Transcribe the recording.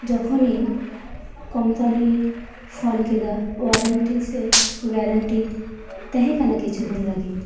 ᱡᱚᱠᱷᱚᱱᱤᱧ ᱠᱚᱢᱯᱟᱹᱱᱤ ᱨᱮᱧ ᱯᱷᱚᱱ ᱠᱮᱫᱟ ᱳᱣᱟᱨᱮᱱᱴᱤ ᱥᱮ ᱳᱣᱟᱨᱮᱱᱴᱤ ᱛᱟᱦᱮᱸ ᱠᱟᱱᱟ ᱠᱤᱪᱷᱩ ᱫᱤᱱ ᱞᱟᱹᱜᱤᱫ